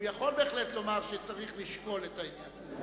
הוא בהחלט יכול לומר שצריך לשקול את העניין הזה.